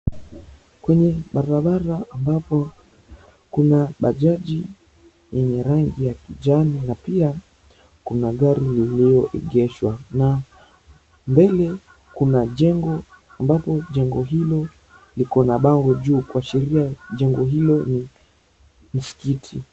Kwenye barabara ambapo kuna bajaji yenye rangi ya kijani na pia kuna gari lililoegeshwa na mbele kuna jengo ambapo jengo hilo liko na bango juu kuashiria jengo hilo ni msikiti.